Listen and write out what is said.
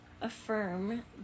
affirm